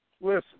Listen